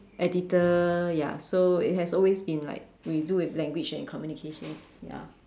editor ya so it has always been like we deal with language and communications ya